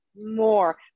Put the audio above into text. more